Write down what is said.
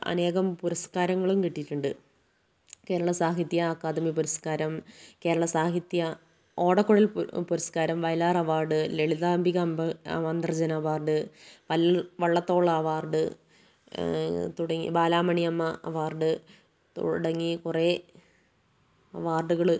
അനേകം പുരസ്കാരങ്ങളും കിട്ടിയിട്ടുണ്ട് കേരള സാഹിത്യ അക്കാദമി പുരസ്കാരം കേരള സാഹിത്യ ഓടകുഴൽ പുരസ്കാരം Vayalar award Lalithambika Antharjanam award Vallathol award തുടങ്ങിയ ബാലാമണിയമ്മ അവാർഡ് തുടങ്ങി കുറെ അവാർഡുകൾ